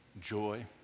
joy